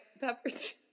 peppers